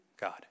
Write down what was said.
God